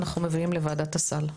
אנחנו מביאים לוועדת הסל,